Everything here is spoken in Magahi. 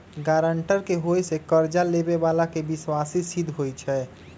गरांटर के होय से कर्जा लेबेय बला के विश्वासी सिद्ध होई छै